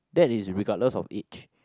that is regardless of each